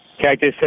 Cactus